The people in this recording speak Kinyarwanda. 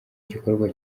gikorwa